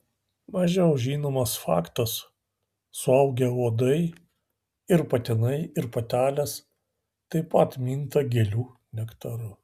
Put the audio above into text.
mažiau žinomas faktas suaugę uodai ir patinai ir patelės taip pat minta gėlių nektaru